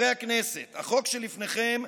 חברי הכנסת, החוק שלפניכם,